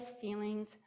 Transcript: feelings